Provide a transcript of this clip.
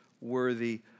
worthy